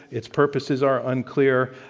its purposes are unclear,